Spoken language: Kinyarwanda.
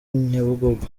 nyabugogo